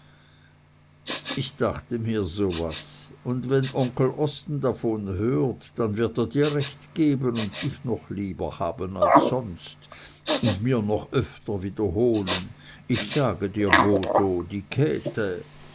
ich dachte mir so was und wenn onkel osten davon hört dann wird er dir recht geben und dich noch lieber haben als sonst und mir noch öfter wiederholen ich sage dir botho die käthe